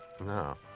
No